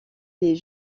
les